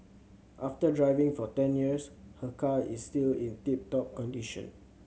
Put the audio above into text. after driving for ten years her car is still in tip top condition